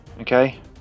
Okay